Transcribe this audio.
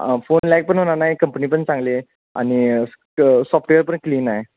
phone light पण होणार आहे कंपनी पण चांगली आहे आणि सॉफ्टवेअर पण क्लीन आहे